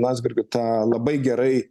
landsbergiu tą labai gerai